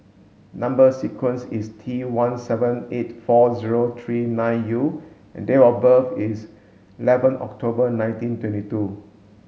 number sequence is T one seven eight four zero three nine U and date of birth is eleven October nineteen twenty two